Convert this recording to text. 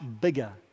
bigger